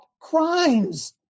crimes